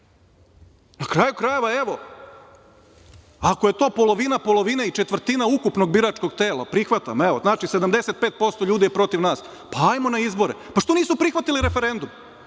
Na kraju krajeva, evo, ako je to polovina polovine i četvrtina ukupnog biračkog tela, prihvatam, evo, znači 75% ljudi je protiv nas, pa ajmo na izbore. Pa, što nisu prihvatili referendum?